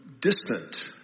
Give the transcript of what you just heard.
distant